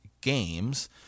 games